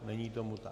Není tomu tak.